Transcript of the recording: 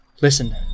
Listen